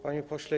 Panie Pośle!